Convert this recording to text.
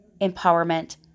empowerment